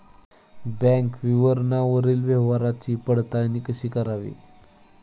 Bank विवरणावरील व्यवहाराची पडताळणी कशी करावी?